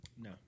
No